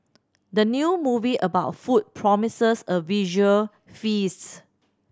the new movie about food promises a visual feast